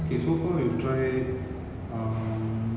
K so far we have tried um